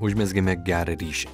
užmezgėme gerą ryšį